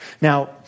Now